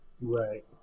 Right